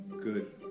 good